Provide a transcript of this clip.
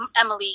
Emily